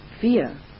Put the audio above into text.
Fear